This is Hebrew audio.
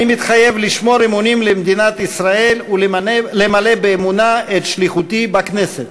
אני מתחייב לשמור אמונים למדינת ישראל ולמלא באמונה את שליחותי בכנסת.